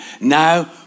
Now